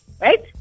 right